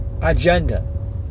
agenda